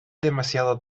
demasiado